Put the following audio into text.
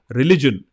religion